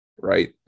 Right